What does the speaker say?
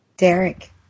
Derek